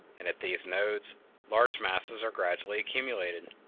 and at these nodes large masses are gradually accumulated.